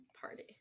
party